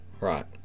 Right